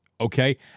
Okay